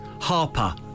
Harper